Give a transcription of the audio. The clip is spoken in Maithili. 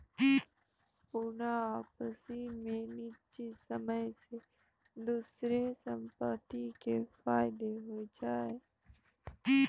पूर्ण वापसी मे निश्चित समय मे दोसरो संपत्ति के फायदा होय छै